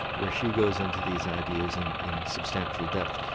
where she goes into these ideas and in substantial depth.